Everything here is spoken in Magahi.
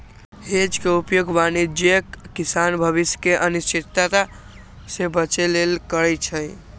हेज के उपयोग वाणिज्यिक किसान भविष्य के अनिश्चितता से बचे के लेल करइ छै